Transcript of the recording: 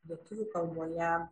lietuvių kalboje